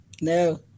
no